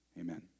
Amen